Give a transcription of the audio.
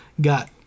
got